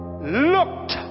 looked